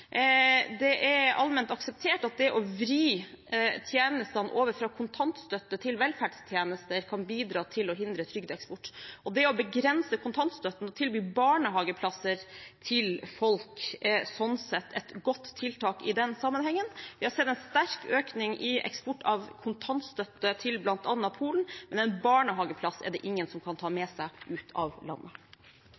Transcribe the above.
Det er allment akseptert at det å vri tjenestene over fra kontantstøtte til velferdstjenester kan bidra til å hindre trygdeeksport. Det å begrense kontantstøtten og tilby barnehageplasser til folk er sånn sett et godt tiltak i den sammenhengen. Vi har sett en sterk økning i eksport av kontantstøtte til bl.a. Polen, men en barnehageplass er det ingen som kan ta med